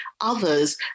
others